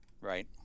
Right